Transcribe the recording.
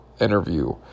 interview